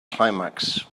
climax